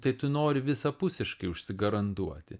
tai tu nori visapusiškai užsigarantuoti